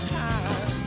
time